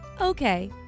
Okay